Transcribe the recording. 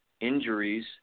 injuries